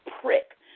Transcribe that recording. prick